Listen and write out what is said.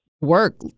work